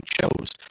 shows